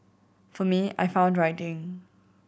for me I found writing